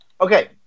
Okay